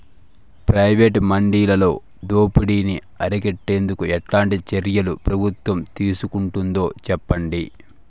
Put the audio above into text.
Private మండీలలో దోపిడీ ని అరికట్టేందుకు ఎట్లాంటి చర్యలు ప్రభుత్వం తీసుకుంటుందో చెప్పండి?